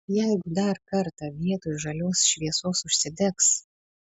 jeigu dar kartą vietoj žalios šviesos užsidegs